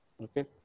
okay